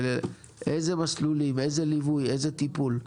איזה מסלולים, איזה ליווי, איזה טיפול?